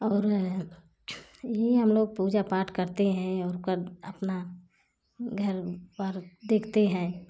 और यही हम लोग पूजा पाठ करते हैं और कर अपना घर पर देखते हैं